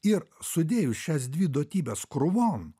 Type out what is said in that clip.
ir sudėjus šias dvi duotybes krūvon